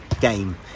game